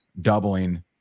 doubling